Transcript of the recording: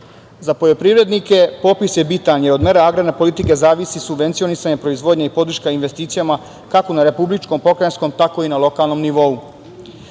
poljoprivrednike popis je bitan, jer od mera agrarne politike zavisi subvencionisanje proizvodnje i podrška investicijama kako na republičkom, pokrajinskom, tako i na lokalnom nivou.Za